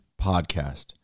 podcast